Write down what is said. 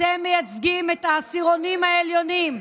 אתם מייצגים את העשירונים העליונים.